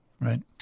right